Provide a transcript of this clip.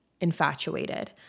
infatuated